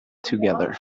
together